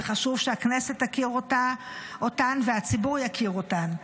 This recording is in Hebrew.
וחשוב שהכנסת תכיר אותן והציבור יכיר אותן.